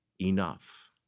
enough